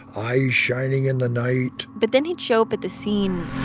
eyes shining in the night but then he'd show up at the scene.